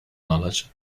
knowledge